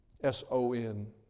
S-O-N